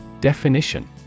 Definition